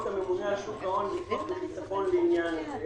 הממונה על שוק ההון ביטוח וחיסכון לעניין זה